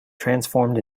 transformed